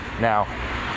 Now